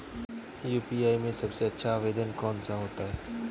UPI में सबसे अच्छा आवेदन कौन सा होता है?